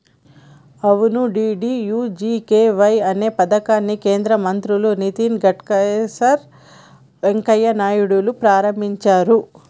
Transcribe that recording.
అవును డి.డి.యు.జి.కే.వై అనే పథకాన్ని కేంద్ర మంత్రులు నితిన్ గడ్కర్ వెంకయ్య నాయుడులు ప్రారంభించారు